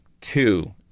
two